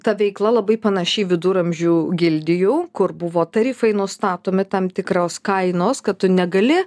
ta veikla labai panaši į viduramžių gildijų kur buvo tarifai nustatomi tam tikros kainos kad tu negali